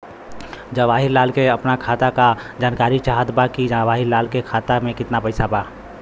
जवाहिर लाल के अपना खाता का जानकारी चाहत बा की जवाहिर लाल के खाता में कितना पैसा बा?